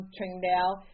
Tringdale